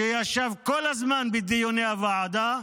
שישב כל הזמן בדיוני הוועדה,